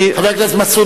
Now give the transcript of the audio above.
אני פה,